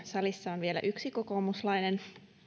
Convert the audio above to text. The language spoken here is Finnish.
salissa on vielä yksi kokoomuslainen